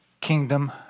kingdom